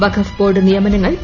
വഖഫ് board നിയമനങ്ങൾ P